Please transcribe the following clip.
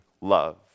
love